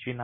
फर्श